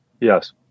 yes